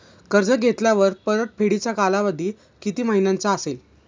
कर्ज घेतल्यावर परतफेडीचा कालावधी किती महिन्यांचा असेल?